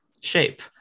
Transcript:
shape